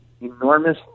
enormous